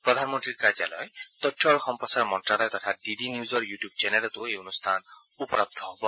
প্ৰাধনমন্ত্ৰীৰ কাৰ্যালয় তথ্য আৰু সম্প্ৰচাৰ মন্ত্ৰালয় তথা ডি ডি নিউজৰ ইউটিউব চেনেলতো এই অনুষ্ঠান উপলব্ধ হ'ব